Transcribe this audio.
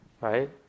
right